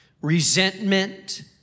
resentment